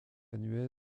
annuel